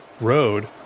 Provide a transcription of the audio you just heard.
road